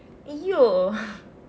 !aiyo!